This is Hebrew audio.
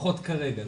לפחות כרגע,